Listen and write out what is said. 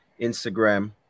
Instagram